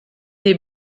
des